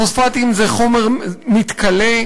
פוספטים זה חומר מתכלה.